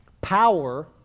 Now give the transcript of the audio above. power